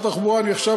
את שר התחבורה,